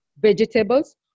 vegetables